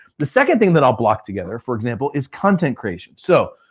the second thing that i'll block together, for example, is content creation. so,